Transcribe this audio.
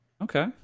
Okay